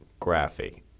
graphy